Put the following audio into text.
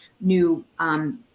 new